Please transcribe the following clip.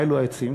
מה אלו העצים?